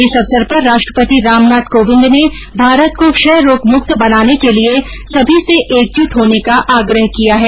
इस अवसर पर राष्ट्रपति रामनाथ कोविंद ने भारत को क्षय रोग मुक्त बनाने के लिये सभी से एकजुट होने का आग्रह किया है